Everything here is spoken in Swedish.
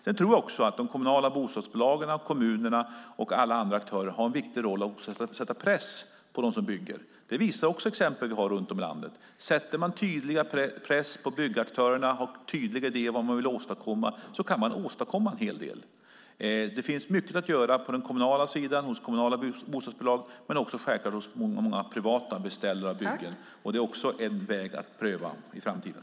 Sedan tror jag också att de kommunala bostadsbolagen, kommunerna och alla andra aktörer har en viktig roll för att sätta press på dem som bygger. Det visar också exempel som vi har runt om i landet. Sätter man tydligare press på byggaktörerna och har tydligare idéer om vad man vill åstadkomma kan man åstadkomma en hel del. Det finns mycket att göra på den kommunala sidan hos kommunala bostadsbolag men självklart också hos många privata beställare av byggen. Det är också en väg att pröva i framtiden.